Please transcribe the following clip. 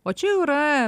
o čia jau yra